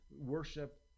worship